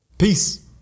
Peace